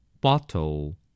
Bottle